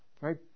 Right